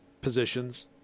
positions